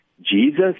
Jesus